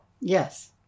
Yes